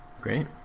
great